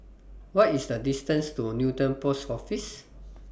What IS The distance to Newton Post Office